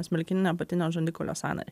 smilkininio apatinio žandikaulio sąnarį